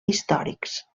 històrics